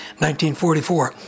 1944